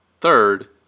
Third